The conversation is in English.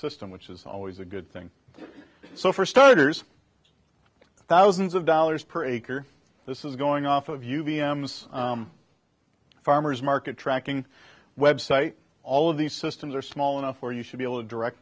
system which is always a good thing so for starters it's thousands of dollars per acre this is going off of u v m's farmers market tracking website all of these systems are small enough where you should be able to direct